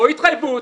או התחייבות,